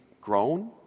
grown